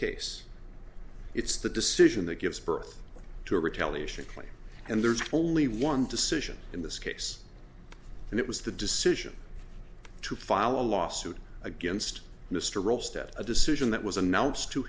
case it's the decision that gives birth to a retaliation claim and there's only one decision in this case and it was the decision to file a lawsuit against mr rhodes that a decision that was announced to